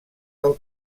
del